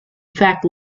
fact